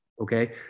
okay